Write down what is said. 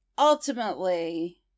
ultimately